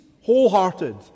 wholehearted